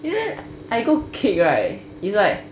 then I go kick right is like